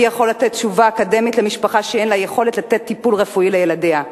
מי יכול לתת תשובה אקדמית למשפחה שאין לה יכולת לתת טיפול רפואי לילדיה?